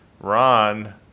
Ron